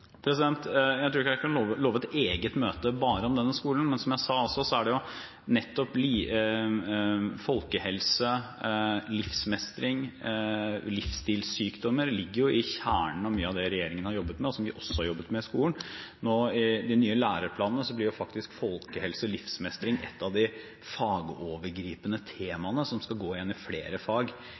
Jeg tror ikke jeg kan love et eget møte bare om denne skolen. Men som jeg sa: Folkehelse, livsmestring og livsstilssykdommer ligger i kjernen av mye av det regjeringen har jobbet med, og som vi også har jobbet med i skolen. I de nye læreplanene blir folkehelse og livsmestring et av de fagovergripende temaene som skal gå igjen i flere fag